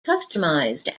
customized